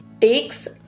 takes